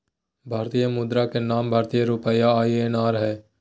भारतीय मुद्रा के नाम भारतीय रुपया आई.एन.आर हइ